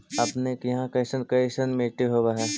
अपने के यहाँ कैसन कैसन मिट्टी होब है?